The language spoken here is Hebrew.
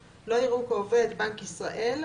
(4) לא יראו כעובד בנק ישראל,